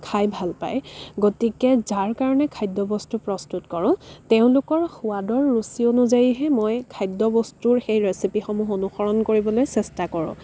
খাই ভাল পাই গতিকে যাৰ কাৰণে খাদ্যবস্তু প্ৰস্তুত কৰোঁ তেওঁলোকৰ সোৱাদৰ ৰুচি অনুযায়ীহে মই খাদ্যবস্তুৰ সেই ৰেচিপিসমূহ অনুসৰণ কৰিবলৈ চেষ্টা কৰোঁ